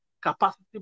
capacity